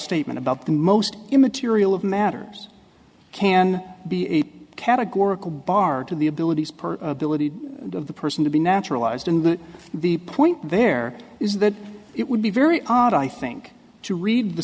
statement about the most immaterial of matters can be a categorical bar to the abilities per ability of the person to be naturalized in that the point there is that it would be very odd i think to read the